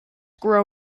grow